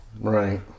Right